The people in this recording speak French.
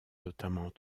notamment